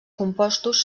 compostos